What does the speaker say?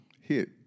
hit